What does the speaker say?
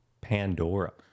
Pandora